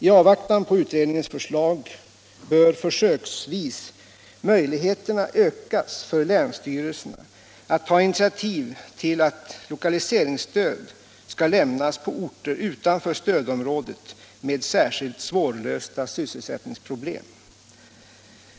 I avvaktan på utredningens förslag bör försöksvis möjligheten ökas för länsstyrelserna att ta initiativ till att lokaliseringsstöd skall lämnas på orter utanför stödområdet med särskilt svårlösta sysselsättningsproblem.